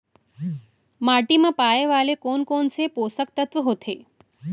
माटी मा पाए वाले कोन कोन से पोसक तत्व होथे?